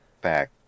back